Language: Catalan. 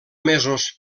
mesos